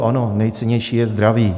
Ano, nejcennější je zdraví.